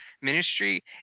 ministry